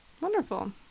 Wonderful